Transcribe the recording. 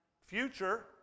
future